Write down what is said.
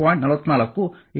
44 17